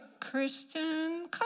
Christian